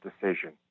decision